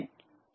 எனவே 1 2 3